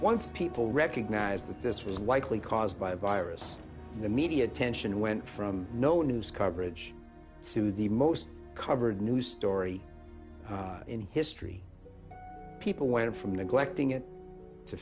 once people recognize that this was likely caused by a virus the media attention went from no news coverage to the most covered news story in history people went from neglecting it to